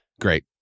Great